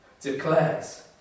declares